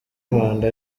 manda